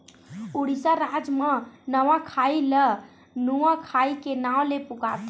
उड़ीसा राज म नवाखाई ल नुआखाई के नाव ले पुकारथे